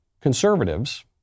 conservatives